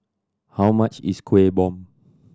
how much is Kuih Bom